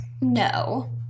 No